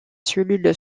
cellule